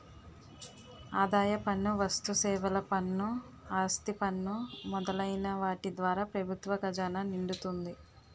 ఆదాయ పన్ను వస్తుసేవల పన్ను ఆస్తి పన్ను మొదలైన వాటి ద్వారా ప్రభుత్వ ఖజానా నిండుతుంది